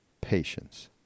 patience